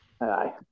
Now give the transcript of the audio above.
Aye